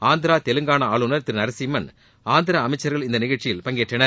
ஆந்திரா தெலுங்காளா ஆளுனர் திரு நரசிம்மன் ஆந்திர அமைச்சர்கள் இந்நிகழ்ச்சியில் பங்கேற்றனர்